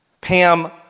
Pam